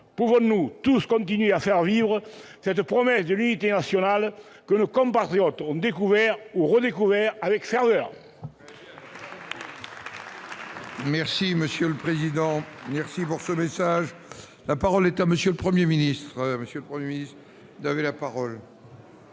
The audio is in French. allons-nous tous continuer à faire vivre cette promesse de l'unité nationale que nos compatriotes ont découverte, ou redécouverte, avec ferveur ?